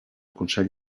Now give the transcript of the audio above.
consell